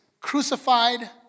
crucified